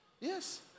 yes